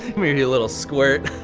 come here, you little squirt.